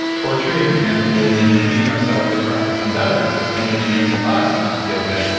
torturing animals and then feeding ourselves the crap that comes out of that system which makes us not feel good.